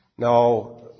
Now